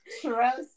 trust